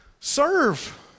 Serve